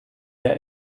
der